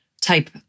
type